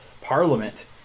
parliament